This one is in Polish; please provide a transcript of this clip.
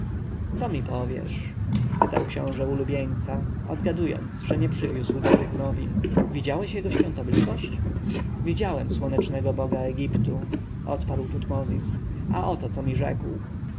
co mi powiesz spytał książę ulubieńca odgadując że nie przywiózł dobrych nowin widziałeś jego świątobliwość widziałem słonecznego boga egiptu odparł tutmozis a oto co mi rzekł